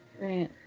Right